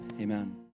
amen